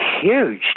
huge